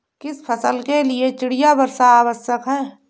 किस फसल के लिए चिड़िया वर्षा आवश्यक है?